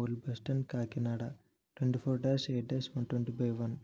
old bus stand Kakinada twenty four dash eight dash one twenty by one